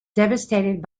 devastated